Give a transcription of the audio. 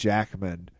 Jackman